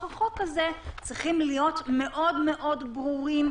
החוק הזה צריכים להיות מאוד מאוד ברורים,